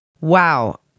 Wow